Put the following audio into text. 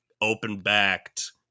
open-backed